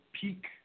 peak